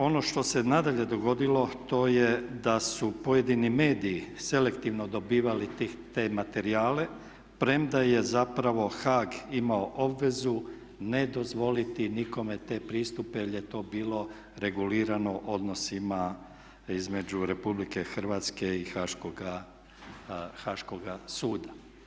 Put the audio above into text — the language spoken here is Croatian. Ono što se nadalje dogodilo to je da su pojedini mediji selektivno dobivali te materijale premda je zapravo Haag imao obvezu ne dozvoliti nikome te pristupe jer je to bilo regulirano odnosima između Republike Hrvatske i Haškoga suda.